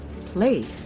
play